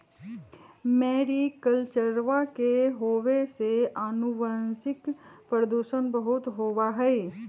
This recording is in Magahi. मैरीकल्चरवा के होवे से आनुवंशिक प्रदूषण बहुत होबा हई